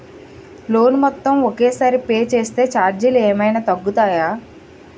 Loan మొత్తం ఒకే సారి పే చేస్తే ఛార్జీలు ఏమైనా తగ్గుతాయా?